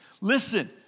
listen